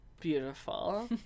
Beautiful